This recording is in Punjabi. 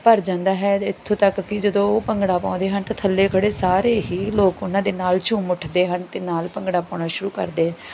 ਭਰ ਜਾਂਦਾ ਹੈ ਇੱਥੋਂ ਤੱਕ ਕਿ ਜਦੋਂ ਉਹ ਭੰਗੜਾ ਪਾਉਂਦੇ ਹਨ ਤਾਂ ਥੱਲੇ ਖੜ੍ਹੇ ਸਾਰੇ ਹੀ ਲੋਕ ਉਹਨਾਂ ਦੇ ਨਾਲ ਝੂਮ ਉੱਠਦੇ ਹਨ ਅਤੇ ਨਾਲ ਭੰਗੜਾ ਪਾਉਣਾ ਸ਼ੁਰੂ ਕਰਦੇ